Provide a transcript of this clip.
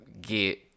get